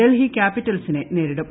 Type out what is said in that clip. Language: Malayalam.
ഡൽഹി ക്യാപ്പിറ്റൽസിനെ നേരിടും